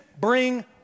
bring